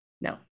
No